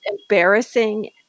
embarrassing